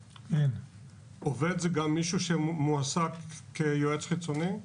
עובד זה גם מישהו שמועסק כיועץ חיצוני?